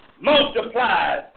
multiplied